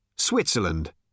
Switzerland